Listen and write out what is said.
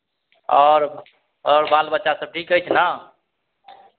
आओर आओर बाल बच्चासभ ठीक अछि ने